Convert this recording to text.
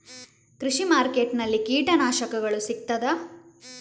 ಕೃಷಿಮಾರ್ಕೆಟ್ ನಲ್ಲಿ ಕೀಟನಾಶಕಗಳು ಸಿಗ್ತದಾ?